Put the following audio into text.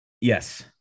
yes